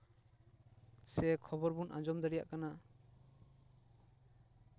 ᱥᱮ ᱠᱷᱚᱵᱚᱨ ᱵᱚᱱ ᱟᱸᱡᱚᱢ ᱫᱟᱲᱮᱭᱟᱜ ᱠᱟᱱᱟ